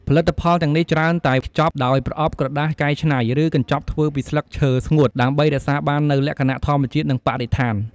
ផលិតផលទាំងនេះច្រើនតែខ្ចប់ដោយ ប្រអប់ក្រដាសកែច្នៃ ឬ កញ្ចប់ធ្វើពីស្លឹកឈើស្ងួត ដើម្បីរក្សាបាននូវលក្ខណៈធម្មជាតិ និងបរិស្ថាន។